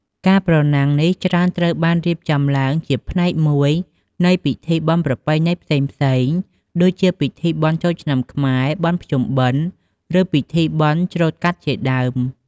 ការប្រណាំងនេះច្រើនត្រូវបានរៀបចំឡើងជាផ្នែកមួយនៃពិធីបុណ្យប្រពៃណីផ្សេងៗ ដូចជាពិធីបុណ្យចូលឆ្នាំខ្មែរ បុណ្យភ្ជុំបិណ្ឌ ឬពិធីបុណ្យច្រូតកាត់ជាដើម។